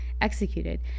executed